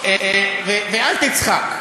אל תצחק,